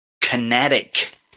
kinetic